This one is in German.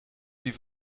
wie